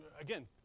again